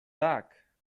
tak